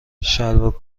شلوار